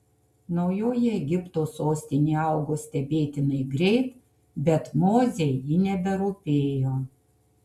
naujoji egipto sostinė augo stebėtinai greit bet mozei ji neberūpėjo